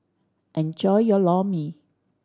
enjoy your Lor Mee